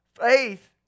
Faith